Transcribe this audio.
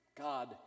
God